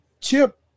Chip